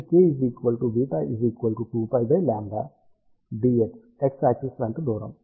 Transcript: కాబట్టి k β 2πλ Dx x axis వెంట దూరం